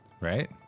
Right